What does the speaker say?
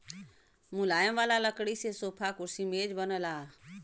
मुलायम वाला लकड़ी से सोफा, कुर्सी, मेज बनला